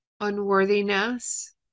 unworthiness